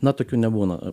na tokių nebūna